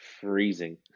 freezing